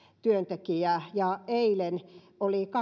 työntekijää ja eilen oli